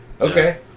Okay